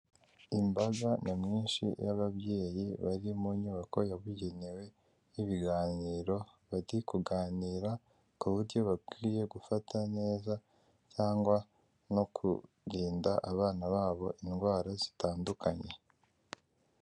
Imbaga nyamwinshi y'ababyeyi bari mu nyubako yabugenewe y'ibiganiro, bagiye kuganira ku buryo bakwiriye gufata neza cyangwa no kurinda abana babo indwara zitandukanye.